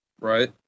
Right